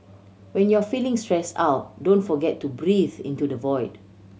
when you are feeling stress out don't forget to breathe into the void